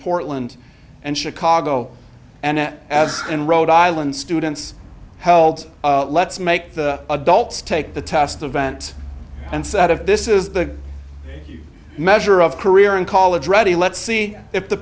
portland and chicago and as in rhode island students held let's make the adults take the test event and set of this is the measure of career and college ready lets see if the